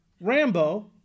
Rambo